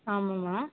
ஆமாம்மா